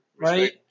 right